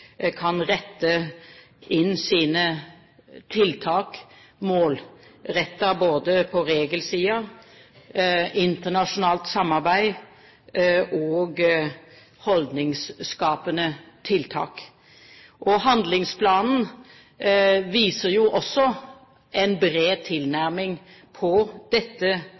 kan målrette sine tiltak mot regelsiden, internasjonalt samarbeid og holdningsskapende arbeid. Handlingsplanen viser jo også en bred tilnærming på dette